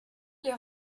les